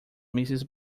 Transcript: mísseis